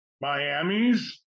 Miami's